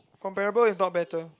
comparable if not better